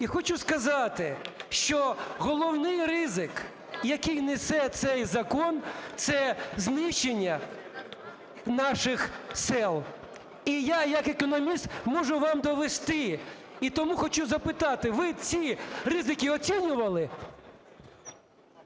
І хочу сказати, що головний ризик, який несе цей закон, це знищення наших сел. І я як економіст можу вам довести. І тому хочу запитати: ви ці ризики оцінювали?